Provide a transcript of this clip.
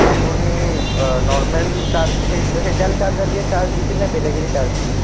আপুনি normal charge সেই সেইডাল চাৰ্জাৰ দিয়ে চাৰ্জ দিছিল নে বেলেগে দি চাৰ্জ দিছে